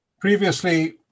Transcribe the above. Previously